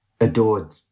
adored